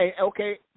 Okay